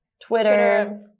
Twitter